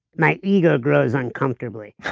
my ego grows uncomfortably.